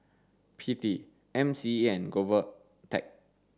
P T M C E and GOVTECH